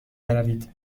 بروید